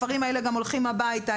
הספרים האלה גם הולכים הביתה,